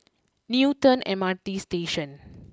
Newton M R T Station